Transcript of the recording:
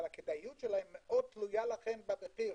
אבל הכדאיות שלהם מאוד תלויה לכם במחיר.